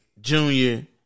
junior